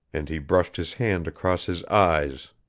and he brushed his hand across his eyes,